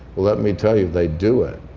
let me tell you, they do it.